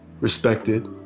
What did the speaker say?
respected